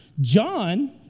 John